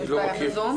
בבקשה,